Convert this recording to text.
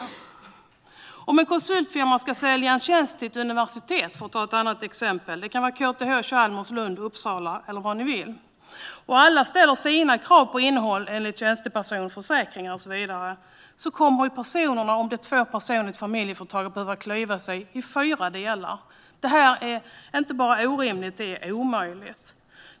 Låt oss säga att en konsultfirma ska sälja en tjänst till ett universitet - för att ta ett annat exempel. Det kan vara KTH, Chalmers, universitetet i Lund eller Uppsala eller vad ni vill. Låt oss säga att alla ställer krav på tjänstepension, försäkringar och så vidare! Om det är två personer i ett familjeföretag kommer de i så fall att behöva klyva sig i fyra delar. Det är inte bara orimligt. Det är omöjligt.